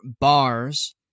bars